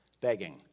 begging